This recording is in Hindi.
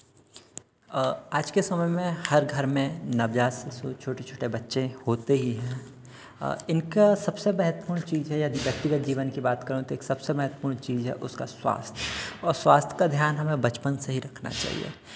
आज के समय में हर घर में नवजात शिशु छोटे छोटे बच्चे होते ही हैं इनका सबसे महत्वपूर्ण चीज़ है व्यक्तिगत जीवन की बात करूं तो एक सबसे महत्वपूर्ण चीज़ है उसका स्वास्थ्य और स्वास्थ्य का ध्यान हमें बचपन से ही रखना चाहिए